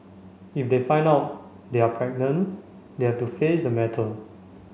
if they find out they are pregnant they have to face the matter